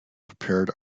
prepared